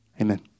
Amen